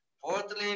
Fourthly